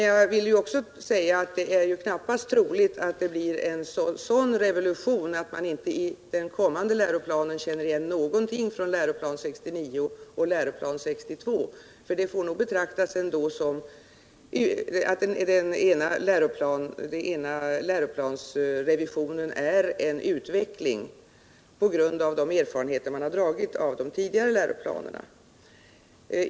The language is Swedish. Jag vill emellertid också säga att det knappast är troligt att det blir någon sådan revolution att man i den kommande läroplanen inte kommer att känna igen någonting från läroplan 69 och läroplan 62, men den nya läroplanen får nog ändå betraktas som en utveckling på grund av de erfarenheter man har erhållit av de tidigare läroplanerna.